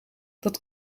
dat